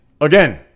Again